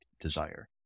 desire